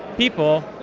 people,